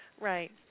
Right